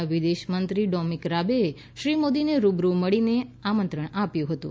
ના વિદેશ મંત્રી ડોમીક રાબેએ શ્રી મોદીને રૂબરૂ મળીને આમંત્રણ આપ્યું હતું